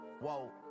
Whoa